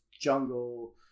jungle